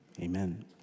Amen